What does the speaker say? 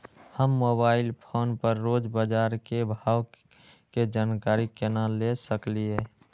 हम mobile phone पर रोज बाजार के भाव के जानकारी केना ले सकलिये?